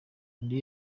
undi